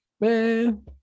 Man